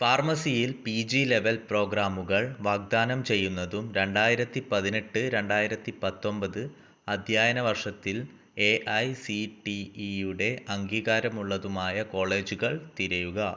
ഫാർമസിയിൽ P G level പ്രോഗ്രാമുകൾ വാഗ്ദാനം ചെയ്യുന്നതും രണ്ടായിരത്തി പതിനെട്ട് രണ്ടായിരത്തി പത്തൊമ്പത് അധ്യായന വർഷത്തിൽ എ ഐ സി ടി ഇയുടെ അംഗീകാരമുള്ളതുമായ കോളേജുകൾ തിരയുക